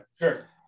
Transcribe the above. Sure